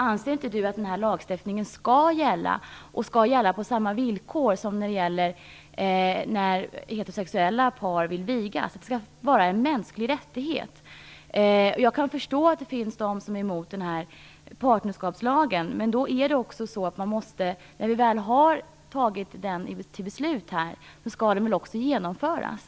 Anser inte Marietta de Pourbaix-Lundin att lagstiftningen skall gälla, och att samma villkor skall gälla som när heterosexuella par vill vigas? Det skall vara en mänsklig rättighet. Jag kan förstå att de finns de som är emot partnerskapslagen, men när vi väl har fattat beslutet skall det väl också genomföras?